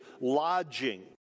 lodging